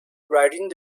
writing